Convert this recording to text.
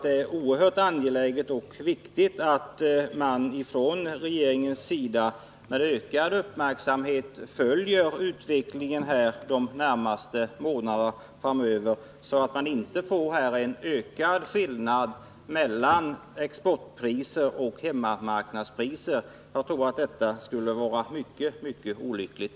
Det är oerhört angeläget och viktigt att man från regeringens sida med ökad uppmärksamhet följer utvecklingen de närmaste månaderna framöver, så att det inte blir en ökad skillnad mellan exportpriser och hemmamarknadspriser. Jag tror att det skulle vara mycket olyckligt.